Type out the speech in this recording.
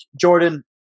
Jordan